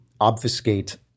obfuscate